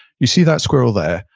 you see that squirrel there?